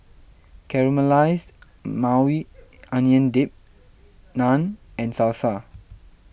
Caramelized Maui Onion Dip Naan and Salsa